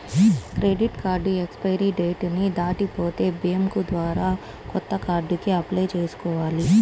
credit card expiry date ని దాటిపోతే bank ద్వారా కొత్త కార్డుకి అప్లై చేసుకోవాలి